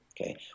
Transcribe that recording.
okay